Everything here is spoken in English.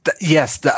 Yes